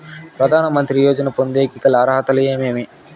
ప్రధాన మంత్రి యోజన పొందేకి గల అర్హతలు ఏమేమి?